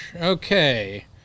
Okay